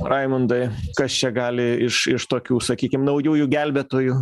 raimundai kas čia gali iš iš tokių sakykim naujųjų gelbėtojų